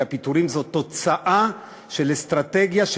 כי הפיטורים הם תוצאה של אסטרטגיה,